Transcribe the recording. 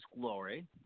glory